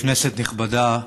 כנסת נכבדה,